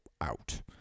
out